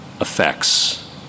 effects